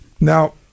Now